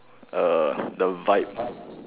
the vibe